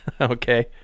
Okay